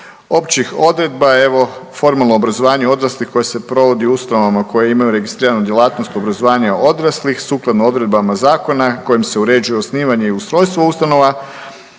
Općih odredba evo formalno obrazovanje odraslih koje se provodi u ustanovama koje imaju registriranu djelatnost obrazovanje odraslih sukladno odredbama zakona kojim se uređuje osnivanje i ustrojstvo ustanova.